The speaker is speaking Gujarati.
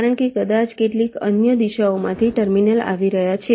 કારણ કે કદાચ કેટલીક અન્ય દિશાઓમાંથી ટર્મિનલ આવી રહ્યા છે